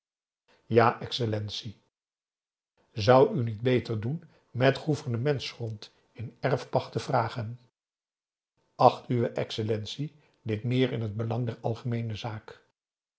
ja excellentie zoudt u niet beter doen met gouvernementsgrond in erfpacht te vragen acht uwe excellentie dit meer in het belang der algemeene zaak